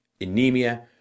anemia